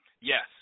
Yes